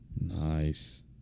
Nice